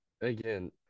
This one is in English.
again